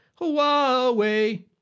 Huawei